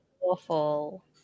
awful